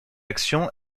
action